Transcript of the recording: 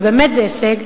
ובאמת זה הישג,